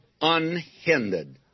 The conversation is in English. unhindered